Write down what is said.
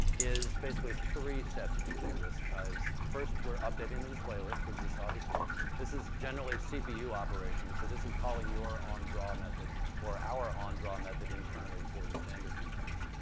is basically three steps you can think of this as. first, we're updating the display list, which we saw before. this is generally cpu operations, so this is calling your on-draw method or our on-draw method internally for the standard components,